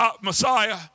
Messiah